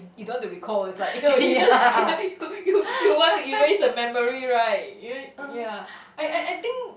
you don't want to recall it's like you just you you you you want to erase the memory right y~ ya I I I think